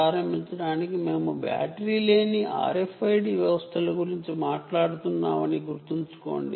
ప్రారంభ దశలో మేము బ్యాటరీ లేని RFID వ్యవస్థల గురించి మాట్లాడుతున్నామని గుర్తుంచుకోండి